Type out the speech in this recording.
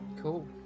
Cool